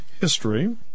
history